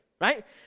right